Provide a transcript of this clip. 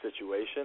situation